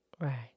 Right